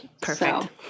Perfect